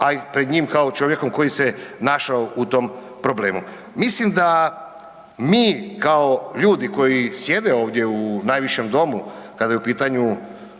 a i pred njim kao čovjekom koji se je našao u tom problemu. Mislim da mi kao ljudi koji sjede ovdje u najvišem domu kada je u pitanju